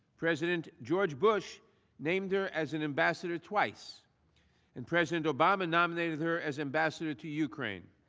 president george bush named her as an ambassador twice and president obama nominated her as ambassador to ukraine.